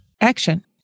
action